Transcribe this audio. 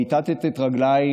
כיתת את רגלייך